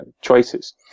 choices